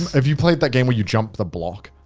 have you played that game where you jumped the block.